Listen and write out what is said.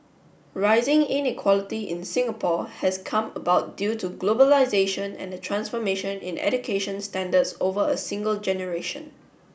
rising inequality in Singapore has come about due to globalisation and the transformation in education standards over a single generation